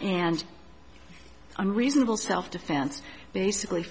and i'm reasonable self defense basically